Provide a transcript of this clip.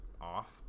off